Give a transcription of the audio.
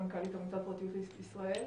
מנכ"לית עמותת פרטיות לישראל,